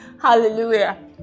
hallelujah